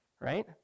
right